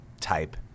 type